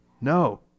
No